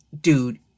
dude